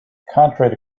contrary